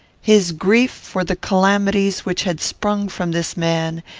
his grief for the calamities which had sprung from this man,